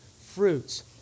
fruits